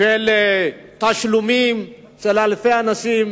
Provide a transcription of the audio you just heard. של תשלומים של אלפי שקלים.